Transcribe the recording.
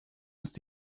ist